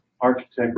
architect